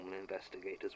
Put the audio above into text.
investigators